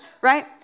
Right